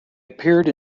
appeared